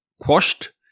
quashed